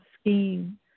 scheme